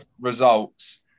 results